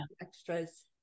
extras